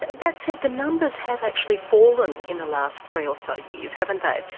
that said, the numbers have actually fallen in the last three or so years haven't they?